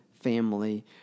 Family